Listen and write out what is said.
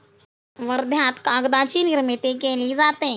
वर्ध्यात कागदाची निर्मिती केली जाते